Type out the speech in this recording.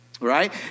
right